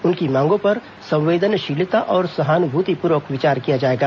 उनकी मांगों पर संवेदनशीलता और सहानुभूतिपूर्वक विचार किया जाएगा